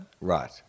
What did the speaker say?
Right